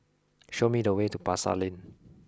show me the way to Pasar Lane